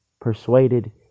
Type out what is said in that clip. Persuaded